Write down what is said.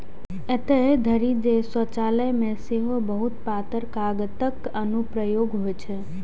एतय धरि जे शौचालय मे सेहो बहुत पातर कागतक अनुप्रयोग होइ छै